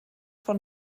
von